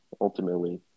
Ultimately